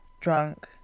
drunk